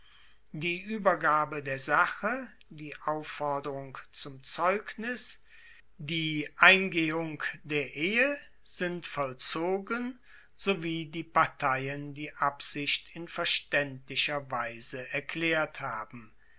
die uebergabe der sache die aufforderung zum zeugnis die eingebung der ehe sind vollzogen so wie die parteien die absicht in verstaendlicher weise erklaert haben